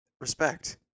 respect